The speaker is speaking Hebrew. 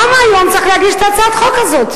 למה, למה צריך היום להגיש את הצעת החוק הזאת?